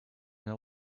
know